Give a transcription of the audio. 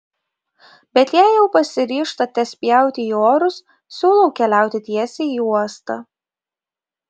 bet jei jau pasiryžtate spjauti į orus siūlau keliauti tiesiai į uostą